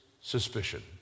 suspicion